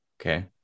Okay